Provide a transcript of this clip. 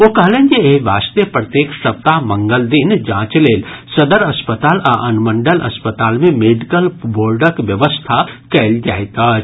ओ कहलनि जे एहि वास्ते प्रत्येक सप्ताह मंगल दिन जांच लेल सदर अस्पताल आ अनुमंडल अस्पताल मे मेडिकल बोर्डक व्यवस्था कयल जाइत अछि